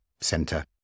center